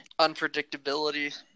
Unpredictability